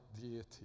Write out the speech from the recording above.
deity